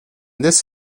this